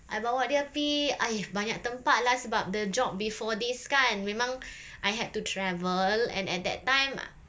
I bawa dia pi !aiyo! banyak tempat lah sebab the job before this kan memang I had to travel and at that time